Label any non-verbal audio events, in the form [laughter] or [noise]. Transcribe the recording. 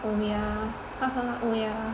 oh yeah [laughs] oh yeah